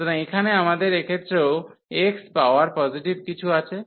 সুতরাং এখানে আমাদের এক্ষেত্রেও x পাওয়ার পজিটিভ কিছু আছে